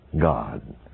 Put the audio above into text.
God